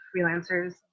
freelancers